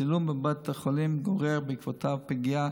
צילום בבית החולים גורר בעקבותיו פגיעה